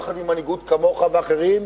יחד עם מנהיגות כמוך ואחרים,